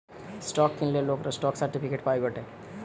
stock কিনলে লোকরা stock certificate পায় গটে